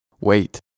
Wait